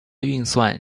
运算